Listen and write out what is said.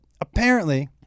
apparently-